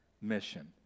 mission